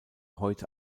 heute